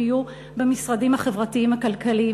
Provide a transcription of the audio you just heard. הם יהיו במשרדים החברתיים הכלכליים.